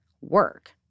Work